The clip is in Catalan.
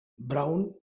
brown